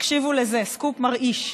תקשיבו לזה, סקופ מרעיש: